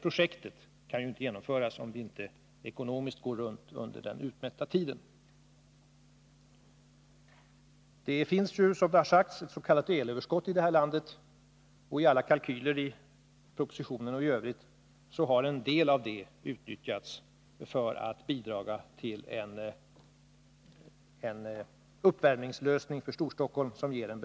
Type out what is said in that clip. Projektet kan ju inte genomföras om det inte ekonomiskt sett går runt under den utmätta tiden. Det finns, som det har sagts, ett s.k. elöverskott i landet. I alla kalkyler, i propositionen och i övrigt har detta elöverskott nämnts som en möjlighet att bidra till lösningen av Storstockholms uppvärmningsproblem.